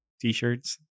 t-shirts